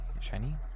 shiny